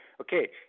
Okay